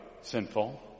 sinful